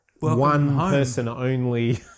one-person-only